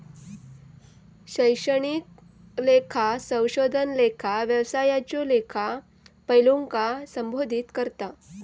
शैक्षणिक लेखा संशोधन लेखा व्यवसायाच्यो सर्व पैलूंका संबोधित करता